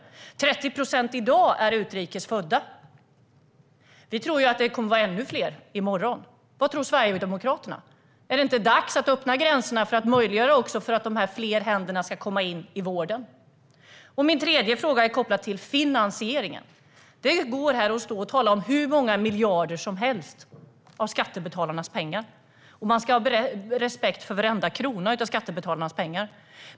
I dag är 30 procent utrikes födda. Vi tror att det kommer att vara ännu fler i morgon. Vad tror Sverigedemokraterna? Är det inte dags att öppna gränserna för att möjliggöra för att dessa fler händer ska komma in i vården? Min tredje fråga är kopplad till finansieringen. Det går att stå här och tala om hur många miljarder som helst av skattebetalarnas pengar, och man ska ha respekt för varenda krona av skattebetalarnas pengar.